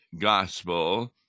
gospel